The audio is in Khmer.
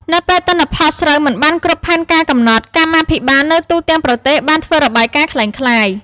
នៅពេលទិន្នផល ស្រូវមិនបានគ្រប់ផែនការកំណត់ កម្មាភិបាលនៅទូទាំងប្រទេសបានធ្វើរបាយការណ៍ក្លែងក្លាយ។